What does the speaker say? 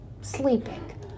sleeping